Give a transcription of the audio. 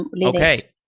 and like okay.